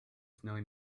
snowy